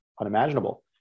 unimaginable